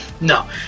No